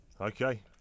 Okay